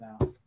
now